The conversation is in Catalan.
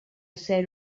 ser